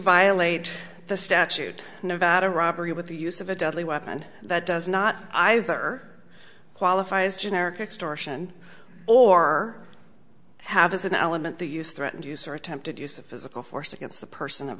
violate the statute nevada robbery with the use of a deadly weapon that does not either qualify as generic extortion or have as an element the use threatened use or attempted use of physical force against the person of